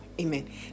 amen